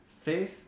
Faith